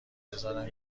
بذارم